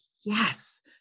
yes